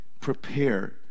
prepare